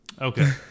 Okay